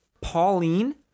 Pauline